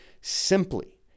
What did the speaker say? simply